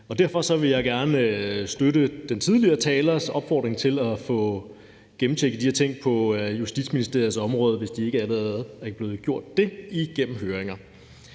derfor vil jeg gerne støtte den tidligere talers opfordring til at få gennemtjekket de her ting på Justitsministeriets område, hvis det ikke allerede er blevet gjort igennem høringer.